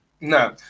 No